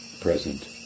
present